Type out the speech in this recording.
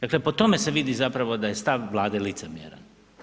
Dakle po tome se vidi zapravo da je stav Vlade licemjeran.